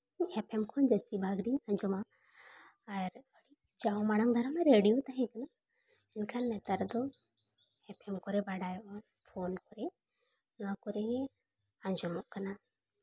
FM ᱠᱚ ᱡᱟᱹᱥᱛᱤ ᱵᱷᱟᱜᱽ ᱫᱚᱧ ᱟᱸᱡᱚᱢᱟ ᱟᱨ ᱡᱟᱦᱟᱸ ᱢᱟᱲᱟᱝ ᱨᱮ ᱨᱮᱰᱤᱭᱳ ᱛᱟᱦᱮᱸᱠᱟᱱᱟ ᱮᱱᱠᱷᱟᱱ ᱱᱮᱛᱟᱨ ᱫᱚ ᱮᱯᱷᱮᱢ ᱠᱚᱨᱮ ᱵᱟᱰᱟᱭᱚᱜᱼᱟ ᱯᱷᱳᱱ ᱠᱚᱨᱮ ᱱᱚᱣᱟ ᱠᱚᱨᱮ ᱜᱮ ᱟᱸᱡᱚᱢᱚᱜ ᱠᱟᱱᱟ